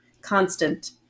constant